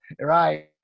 Right